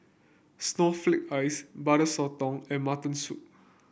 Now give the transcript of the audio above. Snowflake Ice Butter Sotong and Mutton Soup